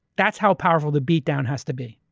that's how powerful the beat down has to be.